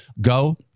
go